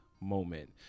moment